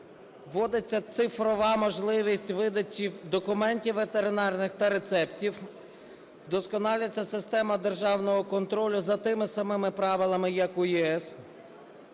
Вводиться цифрова можливість видачі документів ветеринарних та рецептів. Вдосконалюється система державного контролю за тими самими правилами, як у ЄС.